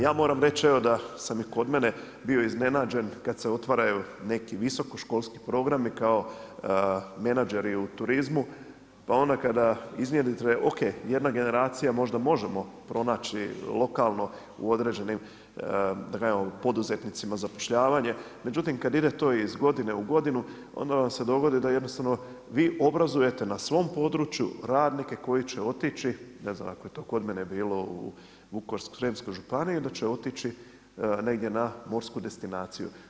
Ja moram reći evo da sam i kod mene bio iznenađen kad se otvaraju neki visokoškolski programi kao menađeri u turizmu pa onda kada iznjedrite, pa ok jedna generacija možda možemo pronaći lokalno da kažemo poduzetnicima zapošljavanje, međutim kad ide to iz godine u godinu onda vam se dogodi da jednostavno vi obrazujete na svom području radnike koji će otići, ne znam ako je to kod mene bilo u Vukovarsko-srijemskoj županiji da će otići negdje na morsku destinaciju.